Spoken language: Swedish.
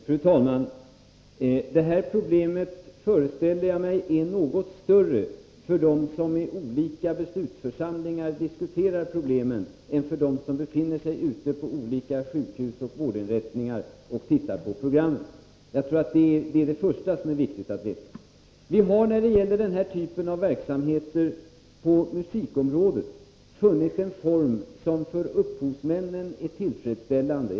Fru talman! Jag föreställer mig att de här problemen är något större för dem som i olika beslutsförsamlingar diskuterar problemet än för dem som befinner sig ute på olika sjukhus och vårdinrättningar och tittar på program. Det är det första som det är viktigt att slå fast. Vi har när det gäller den här typen av verksamheter på musikområdet funnit en form som är tillfredsställande för upphovsmännen.